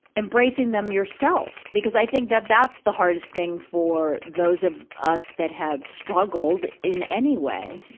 embracing them yourself. because i think that that's the hardest thing for those of us that have struggled in any way,